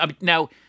Now